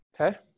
okay